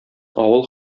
авыл